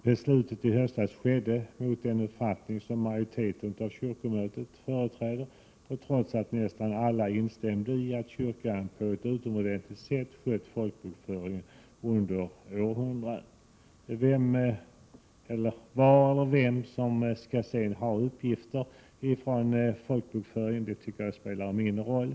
Beslutet i höstas fattades mot den uppfattning som majoriteten av kyrkomötet företräder och trots att nästan alla instämde i att kyrkan på ett utomordentligt sätt skött folkbokföringen under århundraden. Vem som skall ha uppgifter från folkbokföringen spelar mindre roll.